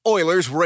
Oilers